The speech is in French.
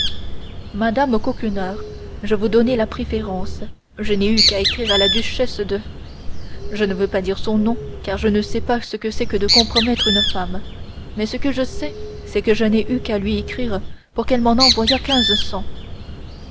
madame coquenard je vous donnais la préférence je n'ai eu qu'à écrire à la duchesse de je ne veux pas dire son nom car je ne sais pas ce que c'est que de compromettre une femme mais ce que je sais c'est que je n'ai eu qu'à lui écrire pour qu'elle m'en envoyât